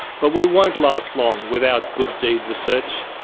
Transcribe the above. but we won't last long without good deed research.